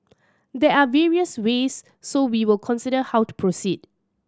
there are various ways so we will consider how to proceed